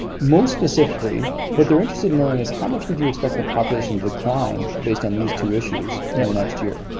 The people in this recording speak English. most specifically, what they're interested in knowing is how much would you expect the population decline based on these two issues in yeah the next year?